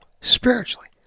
Spiritually